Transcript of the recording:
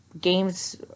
games